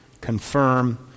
confirm